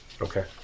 Okay